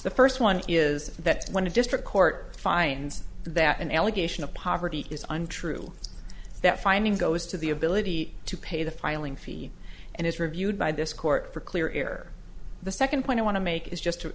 the first one is that when a district court finds that an allegation of poverty is untrue that finding goes to the ability to pay the filing fee and it's reviewed by this court for clear air the second point i want to make is just to